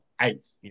eight